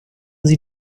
sie